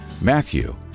Matthew